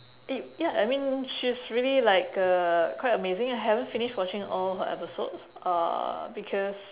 eh ya I mean she's really like uh quite amazing I haven't finish watching all her episodes uh because